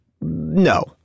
no